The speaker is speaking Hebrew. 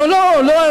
לא, לא.